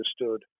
understood